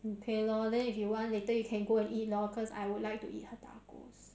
okay lor then if you want later you can go and eat lor cause I would like to eat her tacos